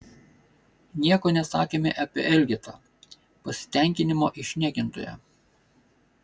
nieko nesakėme apie elgetą pasitenkinimo išniekintoją